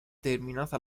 terminata